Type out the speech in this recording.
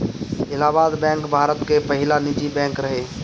Allahabad bank Bharat के पहिला निजी बैंक रहे